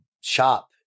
shop